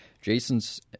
Jason's